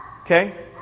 Okay